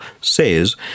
says